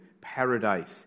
paradise